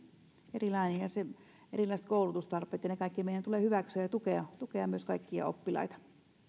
ja erilaiset koulutustarpeet ja ne kaikki meidän tulee hyväksyä ja tukea tukea myös kaikkia oppilaita